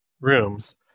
rooms